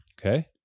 Okay